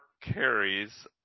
carries